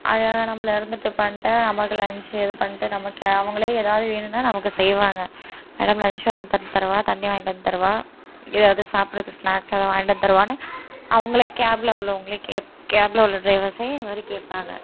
அழகாக நம்மளை இருந்துட்டு பண்ணிட்டு நம்மக்கு லஞ்ச் இது பண்ணிட்டு நமக்கு அவங்களே எதாவது வேணும்னா நமக்கு செய்வாங்க மேடம் லஞ்ச் வாங்கி த தரவா தண்ணி வாங்கிட்டு வந்து தரவா எதாவது சாப்பிடுறதுக்கு ஸ்நாக்ஸ் எதாவது வாங்கிட்டு வந்து தரவானு அவங்களே கேபில் உள்ளவங்களே கேப் கேபில் உள்ள ட்ரைவர்ஸ்ஸே இந்த மாதிரி கேட்பாங்க